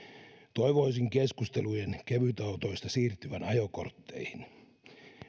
toivoisin keskustelujen kevytautoista siirtyvän ajokortteihin